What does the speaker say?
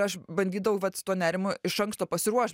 aš bandydavau vat tuo su nerimu iš anksto pasiruošt